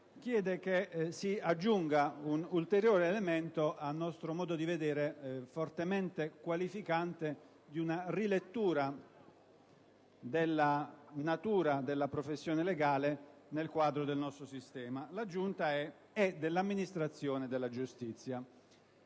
chiede che si aggiunga un ulteriore elemento, a nostro modo di vedere fortemente qualificante di una rilettura della natura della professione legale nel quadro del nostro sistema. Tale aggiunta è: «e dell'amministrazione della giustizia».